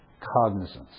cognizance